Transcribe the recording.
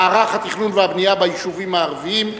מערך התכנון והבנייה ביישובים הערביים.